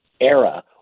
era